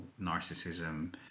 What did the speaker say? narcissism